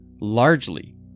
largely